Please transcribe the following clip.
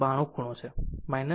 92 ખૂણો છે 30